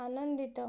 ଆନନ୍ଦିତ